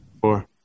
Four